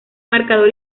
marcador